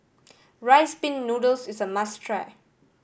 Rice Pin Noodles is a must try